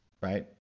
right